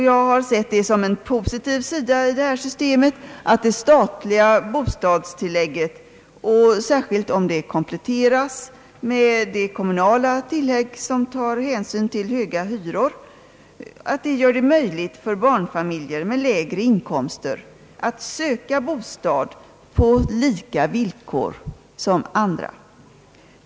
Jag har sett det som en positiv sida i det här systemet, att det statliga bostadstillägget — särskilt om det kompletteras med det kommunala tillägg som tar hänsyn till höga hyror — gör det möjligt för barnfamiljer med lägre inkomster att söka bostad på lika villkor som andra.